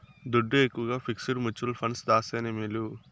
దుడ్డు ఎక్కవగా fixed mutual funds దాస్తేనే మేలు